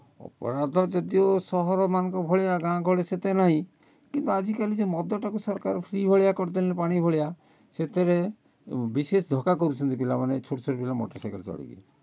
ଅପରାଧ ଯଦିଓ ସହରମାନଙ୍କ ଭଳିଆ ଗାଁ ଗହଳିରେ ସେତେ ନାହିଁ କିନ୍ତୁ ଆଜିକାଲି ସେ ମଦଟାକୁ ସରକାର ଫ୍ରି ଭଳିଆ କରି ଦେଲେଣି ପାଣି ଭଳିଆ ସେଥିରେ ବିଶେଷ ଧକା କରୁଛନ୍ତି ପିଲାମାନେ ଏ ଛୋଟ ଛୋଟ ପିଲା ମଟର ସାଇକଲ୍ ଚଲେଇକିରି